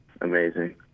amazing